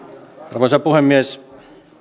arvoisa puhemies